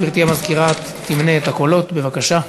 גברתי המזכירה תמנה את הקולות, בבקשה.